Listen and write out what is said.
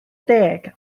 deg